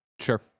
sure